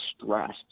stressed